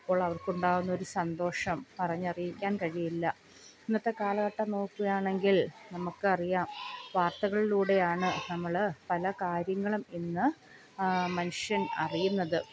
അപ്പോൾ അവർക്കുണ്ടാകുന്നൊരു സന്തോഷം പറഞ്ഞറിയിക്കാൻ കഴിയില്ല ഇന്നത്തെ കാലഘട്ടം നോക്കുകയാണെങ്കിൽ നമുക്കറിയാം വാർത്തകളിലൂടെയാണ് നമ്മൾ പല കാര്യങ്ങളും ഇന്ന് മനുഷ്യൻ അറിയുന്നത്